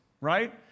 right